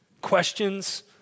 Questions